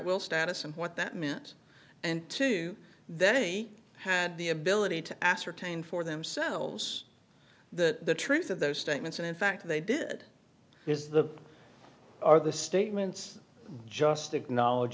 will status and what that meant and two that he had the ability to ascertain for themselves the truth of those statements and in fact they did is the are the statements just acknowledg